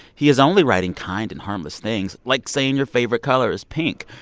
he is only writing kind and harmless things, like saying your favorite color is pink.